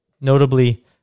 Notably